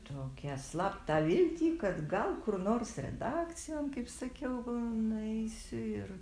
tokią slaptą viltį kad gal kur nors redakcijon kaip sakiau nueisiu ir